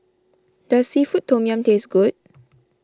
does Seafood Tom Yum taste good